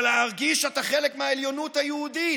אבל להרגיש שאתה חלק מהעליונות היהודית.